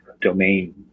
domain